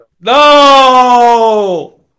No